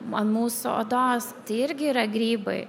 an mūsų odos tai irgi yra grybai